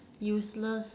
useless